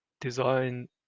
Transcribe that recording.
design